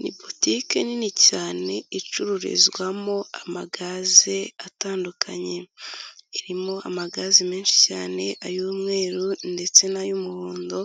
Ni botike nini cyane icururizwamo amagaze atandukanye. Irimo amagaz menshi cyane ay'umweru ndetse n'ay'umuhondo,